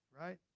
right